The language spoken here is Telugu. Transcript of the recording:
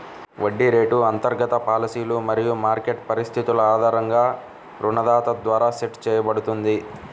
వడ్డీ రేటు అంతర్గత పాలసీలు మరియు మార్కెట్ పరిస్థితుల ఆధారంగా రుణదాత ద్వారా సెట్ చేయబడుతుంది